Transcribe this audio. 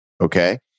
okay